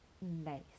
nice